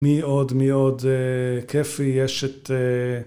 מאוד מאוד כיף לי יש את